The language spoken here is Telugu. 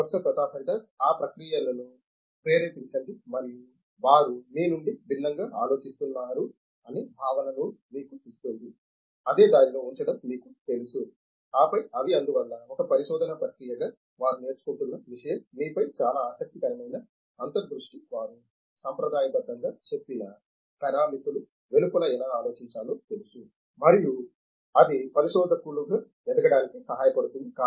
ప్రొఫెసర్ ప్రతాప్ హరిదాస్ ఆ ప్రక్రియలను ప్రేరేపించండి మరియు వారు మీ నుండి భిన్నంగా ఆలోచిస్తున్నారు అనే భావనను మీకు ఇస్తుంది అదే దారిలో ఉంచడం మీకు తెలుసు ఆపై అవి అందువల్ల ఒక పరిశోధనా ప్రక్రియగా వారు నేర్చుకుంటున్న విషయం మీపై చాలా ఆసక్తికరమైన అంతర్దృష్టి వారు సంప్రదాయబద్ధంగా చెప్పిన పారామితులు వెలుపల ఎలా ఆలోచించాలో తెలుసు మరియు అది పరిశోధకులుగా ఎదగడానికి సహాయపడుతుంది